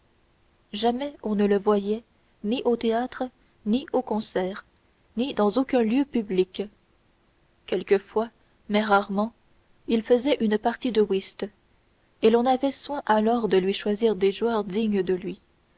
jamais on ne le voyait ni aux théâtres ni aux concerts ni dans aucun lieu public quelquefois mais rarement il faisait une partie de whist et l'on avait soin alors de lui choisir des joueurs dignes de lui